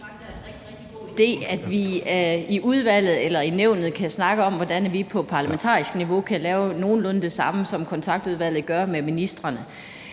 idé, at vi i udvalget eller i Nævnet kan snakke om, hvordan vi på parlamentarisk niveau kan lave nogenlunde det samme, som Kontaktudvalget gør med ministrene.